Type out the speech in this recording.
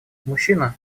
мужчина